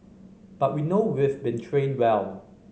but we know we've been trained well